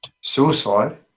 Suicide